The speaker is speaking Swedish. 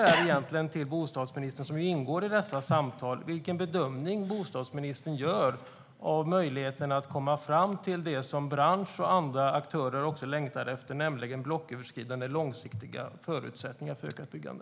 Min fråga till bostadsministern, som ingår i samtalen, är: Vilken bedömning gör han av möjligheten att komma fram till det som branschen och andra aktörer längtar efter, nämligen blocköverskridande långsiktiga förutsättningar för ökat byggande?